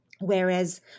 whereas